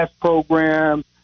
program